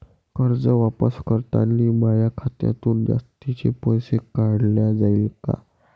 कर्ज वापस करतांनी माया खात्यातून जास्तीचे पैसे काटल्या जाईन का?